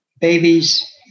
babies